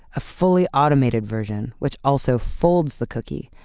a fully automated version, which also folds the cookie.